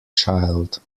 child